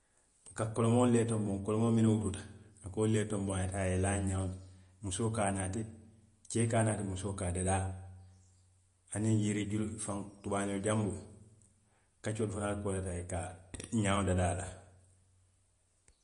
A kolomoolu le tonboŋ, kolomoolu minnu wututa, a ka wolu le tonboŋ a ye i laa ñoo ti; musoo ka a naati keo ka a naati, musoo ka a dadaa aniŋ yiri julu foŋ tubaañi janboo; kaccoolu fanaŋ ka wo le taa i ka ñaŋo dadaa a la